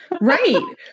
Right